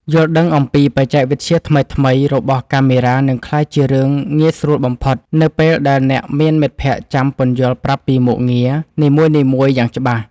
យល់ដឹងអំពីបច្ចេកវិទ្យាថ្មីៗរបស់កាមេរ៉ានឹងក្លាយជារឿងងាយស្រួលបំផុតនៅពេលដែលអ្នកមានមិត្តភក្តិចាំពន្យល់ប្រាប់ពីមុខងារនីមួយៗយ៉ាងច្បាស់។